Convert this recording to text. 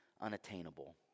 unattainable